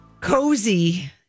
Cozy